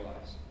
lives